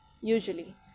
Usually